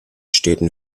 städten